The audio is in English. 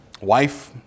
wife